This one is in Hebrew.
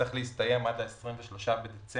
צריך להסתיים עד ה-23 בדצמבר